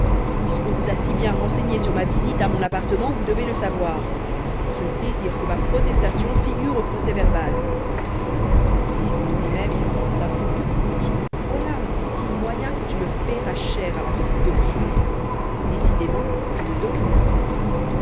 puisqu'on vous a si bien renseigné sur ma visite à mon appartement vous devez le savoir je désire que ma protestation figure au procès-verbal et en lui-même il pensa voilà un petit moyen que tu me paieras cher à ma sortie de prison décidément je me documente